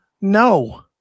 No